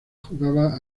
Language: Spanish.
jugaba